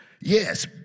Yes